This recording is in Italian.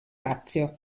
lazio